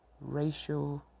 racial